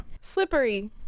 Slippery